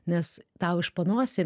nes tau iš panosį